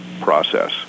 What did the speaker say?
process